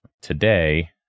Today